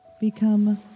Become